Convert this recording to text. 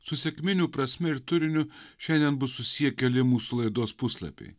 su sekminių prasme ir turiniu šiandien bus susiję keli mūsų laidos puslapiai